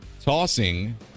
tossing